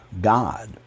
God